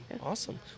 awesome